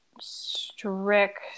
strict